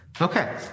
Okay